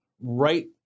right